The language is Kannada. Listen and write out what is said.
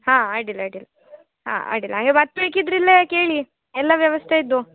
ಹಾಂ ಅಡ್ಡಿಲ್ಲ ಅಡ್ಡಿಲ್ಲ ಹಾಂ ಅಡ್ಡಿಲ್ಲ ಹಾಂಗೆ ಮತ್ತೆ ಬೇಕಿದ್ರೆ ಇಲ್ಲೇ ಕೇಳಿ ಎಲ್ಲ ವ್ಯವಸ್ಥೆ ಇದ್ದು